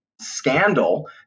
scandal